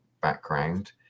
background